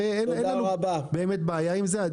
הרי אין לנו באמת בעיה עם זה.